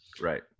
Right